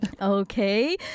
Okay